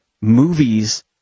movies